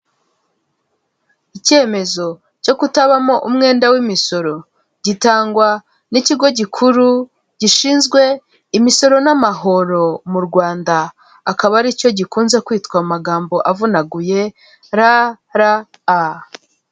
Icyemezo cyo kutabamo umwenda w'imisoro gitangwa n'ikigo gikuru gishinzwe imisoro n'amahoro mu Rwanda akaba aricyo gikunze kwitwa mu magambo avunaguye rara a.